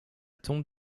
tombe